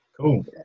cool